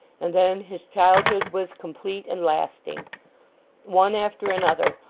and then his childhood was complete and lasting one after another,